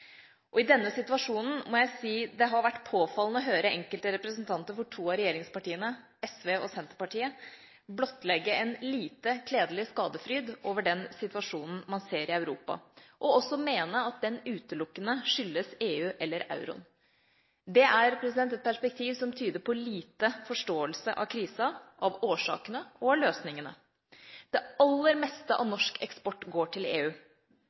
rammet. I denne situasjonen må jeg si det har vært påfallende å høre enkelte representanter for to av regjeringspartiene, SV og Senterpartiet, blottlegge en lite kledelig skadefryd over den situasjonen man ser i Europa, og også mene at den utelukkende skyldes EU eller euroen. Det er et perspektiv som tyder på lite forståelse av krisen, av årsakene og av løsningene. Det aller meste av norsk eksport går til EU.